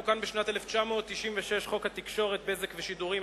תוקן בשנת 1996 חוק התקשורת (בזק ושידורים),